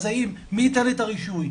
אז האם מי ייתן את הרישוי,